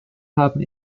haben